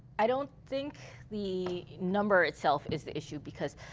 i don't think the number itself is the issue. because